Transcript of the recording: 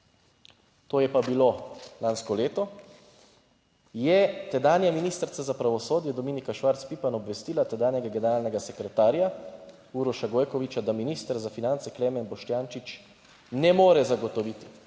to je pa bilo lansko leto, je tedanja ministrica za pravosodje Dominika Švarc Pipan obvestila tedanjega generalnega sekretarja Uroša Gojkoviča, da minister za finance Klemen Boštjančič ne more zagotoviti